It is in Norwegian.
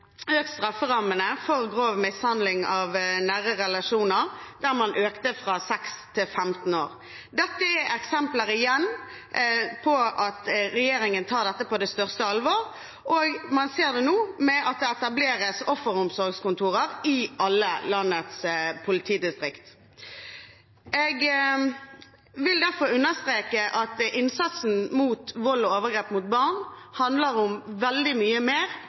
økt strafferammene for grov mishandling i nære relasjoner fra seks til femten år. Dette er igjen et eksempel på at regjeringen tar dette på største alvor, og man ser nå at det etableres offeromsorgskontorer i alle landets politidistrikt. Jeg vil derfor understreke at innsatsen mot vold og overgrep mot barn handler om veldig mye mer